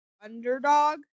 underdog